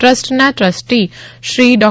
ટ્રસ્ટના ટ્રસ્ટી શ્રી ડો